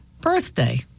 birthday